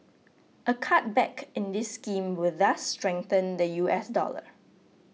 a cutback in this scheme will thus strengthen the U S dollar